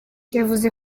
yavuze